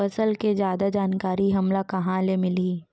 फसल के जादा जानकारी हमला कहां ले मिलही?